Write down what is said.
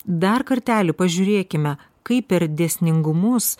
dar kartelį pažiūrėkime kaip per dėsningumus